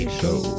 show